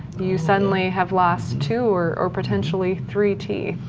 you suddenly have lost two or or potentially three teeth,